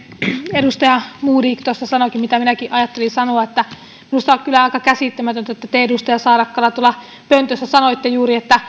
edustaja modig tuossa sanoikin mitä minäkin ajattelin sanoa minusta on kyllä aika käsittämätöntä että te edustaja saarakkala tuolta pöntöstä sanoitte juuri että